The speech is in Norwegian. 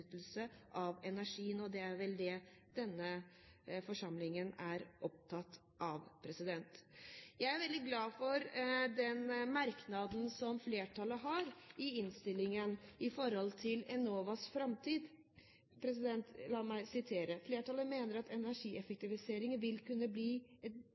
utnyttelse av energien. Det er vel det denne forsamlingen er opptatt av. Jeg er veldig glad for den merknaden som flertallet har i innstillingen om Enovas framtid. La meg sitere: «Flertallet mener at energieffektivisering vil kunne bli et